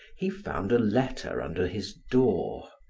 he found a letter under his door.